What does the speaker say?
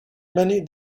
many